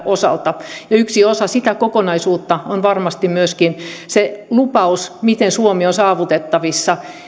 osalta ja yksi osa sitä kokonaisuutta on varmasti myöskin se lupaus miten suomi on saavutettavissa